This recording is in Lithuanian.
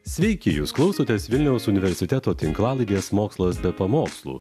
sveiki jūs klausotės vilniaus universiteto tinklalaidės mokslas be pamokslų